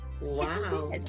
Wow